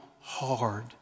hard